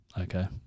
okay